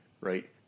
right